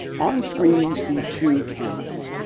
on screen you see two cameras.